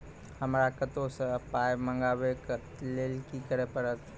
हमरा कतौ सअ पाय मंगावै कऽ लेल की करे पड़त?